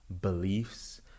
beliefs